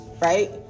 right